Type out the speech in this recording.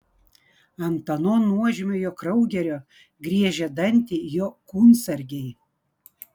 ant ano nuožmiojo kraugerio griežia dantį jo kūnsargiai